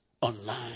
Online